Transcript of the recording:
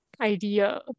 idea